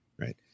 right